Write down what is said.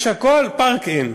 יש הכול, פארק אין.